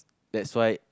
that's why